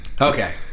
Okay